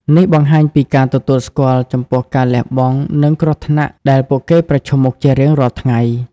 នេះបង្ហាញពីការទទួលស្គាល់ចំពោះការលះបង់ និងគ្រោះថ្នាក់ដែលពួកគេប្រឈមមុខជារៀងរាល់ថ្ងៃ។